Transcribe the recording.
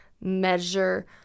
measure